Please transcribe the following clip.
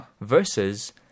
versus